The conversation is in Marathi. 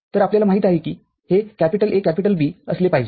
तरआपल्याला माहित आहे की हे AB असले पाहिजे